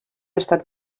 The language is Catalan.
estat